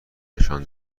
نشان